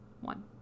one